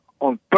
on